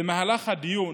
במהלך הדיון